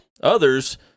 Others